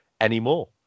anymore